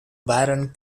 baron